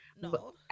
No